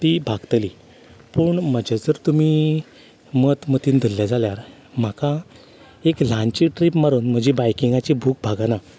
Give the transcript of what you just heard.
ती भागतली पूण म्हजें जर तुमी मत मतीन धरलें जाल्यार म्हाका एक ल्हानशी ट्रीप मारून म्हजी बायकिंगांची भूक भागना